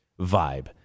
vibe